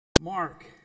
Mark